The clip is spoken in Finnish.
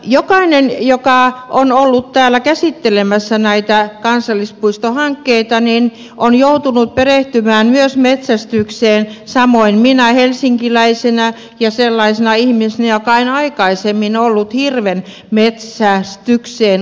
jokainen joka on ollut täällä käsittelemässä näitä kansallispuistohankkeita on joutunut perehtymään myös metsästykseen samoin minä helsinkiläisenä ja sellaisena ihmisenä joka ei aikaisemmin ollut hirvenmetsästykseen osallistunut